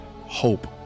hope